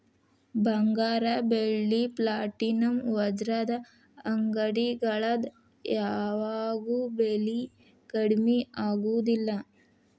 ಬಂಗಾರ ಬೆಳ್ಳಿ ಪ್ಲಾಟಿನಂ ವಜ್ರದ ಅಂಗಡಿಗಳದ್ ಯಾವಾಗೂ ಬೆಲಿ ಕಡ್ಮಿ ಆಗುದಿಲ್ಲ